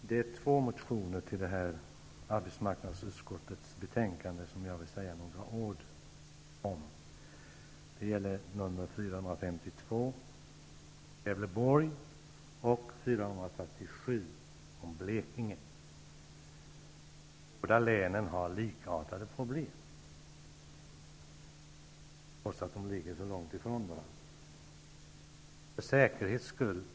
Herr talman! Det är två motioner som tas upp i detta betänkande som jag vill säga några ord om, nämligen A452 om Gävleborgs län och A447 om Blekinge län. Dessa län har likartade problem, trots att de ligger så långt ifrån varandra.